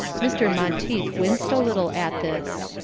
mr. monteith winced a little at this.